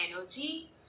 energy